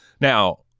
Now